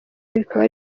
bikaba